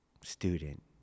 student